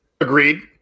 Agreed